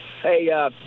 hey